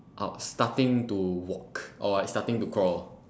starting to walk or like starting to crawl